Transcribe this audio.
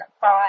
five